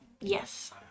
Yes